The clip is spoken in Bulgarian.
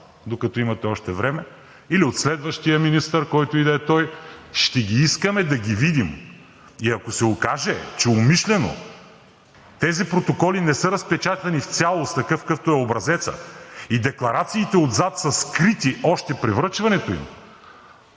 докато имате още време, или от следващия министър, който и да е той, ще искаме да ги видим. И ако се окаже, че умишлено тези протоколи не са разпечатани в цялост, какъвто е образецът, и декларациите отзад са скрити още при връчването им,